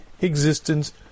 existence